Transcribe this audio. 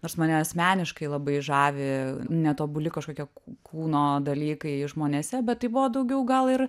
nors mane asmeniškai labai žavi netobuli kažkokie kūno dalykai žmonėse bet tai buvo daugiau gal ir